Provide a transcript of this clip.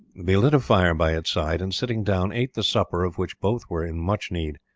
they lit a fire by its side, and sitting down ate the supper, of which both were in much need.